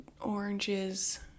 oranges